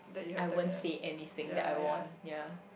I won't say anything that I won ya